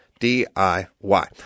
DIY